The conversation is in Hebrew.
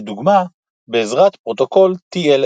לדוגמה בעזרת פרוטוקול TLS.